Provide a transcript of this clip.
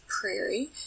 prairie